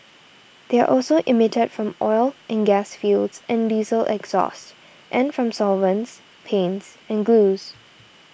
they are also emitted from oil and gas fields and diesel exhaust and from solvents paints and glues